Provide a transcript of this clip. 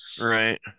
Right